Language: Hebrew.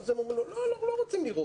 אז הם אומרים לו: לא, אנחנו לא רוצים לראות.